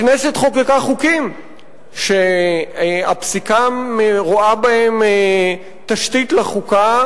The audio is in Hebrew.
הכנסת חוקקה חוקים שהפסיקה רואה בהם תשתית לחוקה,